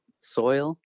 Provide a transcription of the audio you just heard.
soil